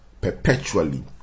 perpetually